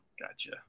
gotcha